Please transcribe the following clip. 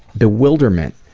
bewilderment